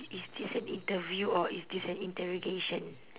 is this an interview or is this an interrogation